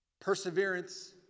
Perseverance